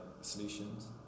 solutions